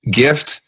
gift